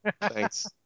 Thanks